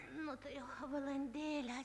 nu tai o valandėlę